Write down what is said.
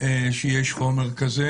שיש חומר כזה